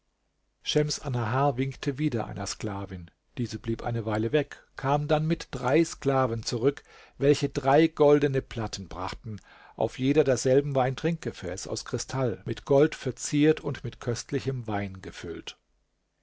schems annahar winkte wieder einer sklavin diese blieb eine weile weg kam dann mit drei sklaven zurück welche drei goldene platten brachten auf jeder derselben war ein trinkgefäß aus kristall mit gold verziert und mit köstlichem wein gefüllt